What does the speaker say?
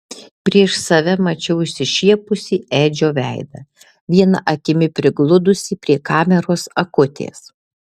prieš save mačiau išsišiepusį edžio veidą viena akimi prigludusį prie kameros akutės